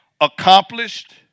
accomplished